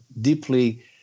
Deeply